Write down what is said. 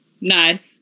nice